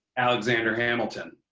alexander hamilton.